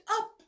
up